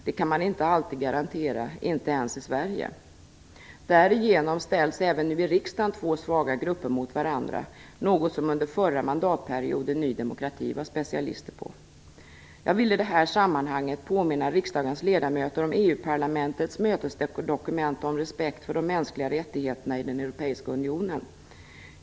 Det kan man inte alltid garantera, inte ens i Sverige." Därigenom ställs även nu i riksdagen två svaga grupper mot varandra, något som Ny demokrati var specialist på under den förra mandatperioden. Jag vill i det här sammanhanget påminna riksdagens ledamöter om EU-parlamentets mötesdokument om respekt för de mänskliga rättigheterna i den europeiska unionen.